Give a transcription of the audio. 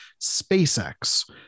SpaceX